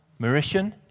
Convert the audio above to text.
Mauritian